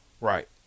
Right